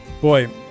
Boy